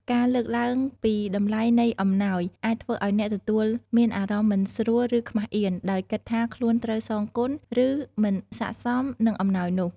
ការលើកឡើងពីតម្លៃនៃអំណោយ អាចធ្វើឲ្យអ្នកទទួលមានអារម្មណ៍មិនស្រួល ឬខ្មាសអៀន ដោយគិតថាខ្លួនត្រូវសងគុណ ឬមិនស័ក្តិសមនឹងអំណោយនោះ។